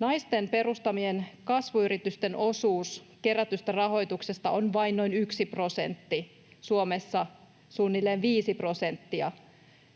Naisten perustamien kasvuyritysten osuus kerätystä rahoituksesta on vain noin yksi prosentti, Suomessa suunnilleen viisi prosenttia.